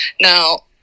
Now